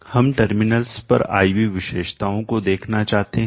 हम टर्मिनल्स पर I V विशेषताओं को देखना चाहते हैं